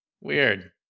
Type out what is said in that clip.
weird